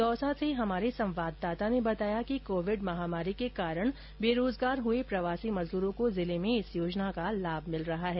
दौसा में हमारे संवाददाता ने बताया कि कोविड महामारी के कारण बेरोजगार हुए प्रवासी मजदूरों को जिले में इस योजना का लाभ मिल रहा है